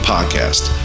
Podcast